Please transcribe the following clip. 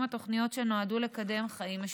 התוכניות שנועדו לקדם חיים משותפים.